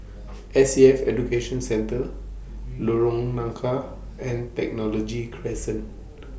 S A F Education Centre Lorong Nangka and Technology Crescent